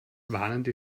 warnende